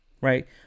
right